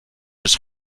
his